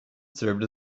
served